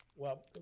well,